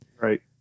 Right